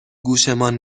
گوشمان